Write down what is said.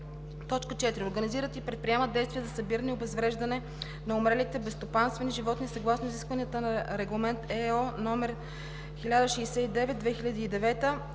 така: „4. организират и предприемат действия за събиране и обезвреждане на умрелите безстопанствени животни съгласно изискванията на Регламент (ЕО) № 1069/2009;“